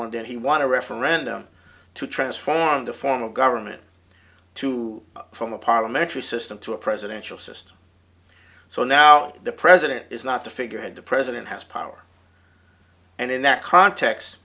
want and he want to referendum to transform the form of government to from a parliamentary system to a presidential system so now the president is not the figurehead the president has power and in that context